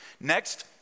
Next